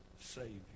savior